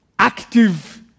active